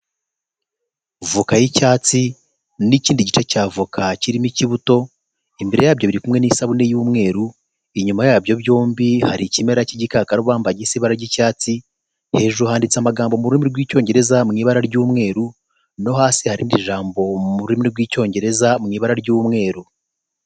Voka y'icyatsi n'ikindi gice cya voka kirimo ikibuto, imbere ya byo biri kumwe n'isabune y'umweru, inyuma ya byo byombi hari ikimera cy'igikakarubamba gisa ibara ry'icyatsi, hejuru handitse amagambo mu rurimi rw'Icyongereza mu ibara ry'umweru, no hasi hari irindi jambo mu rurimi rw'Icyongereza mu ibara ry'umweru.